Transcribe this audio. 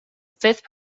fifth